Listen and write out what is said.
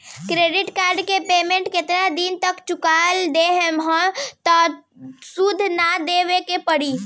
Credit card के payment केतना दिन तक चुका देहम त सूद ना देवे के पड़ी?